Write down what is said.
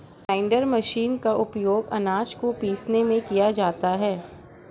grinder machine का उपयोग आनाज को पीसने में किया जाता है